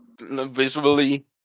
Visually